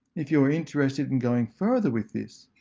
if you are interested in going further with this,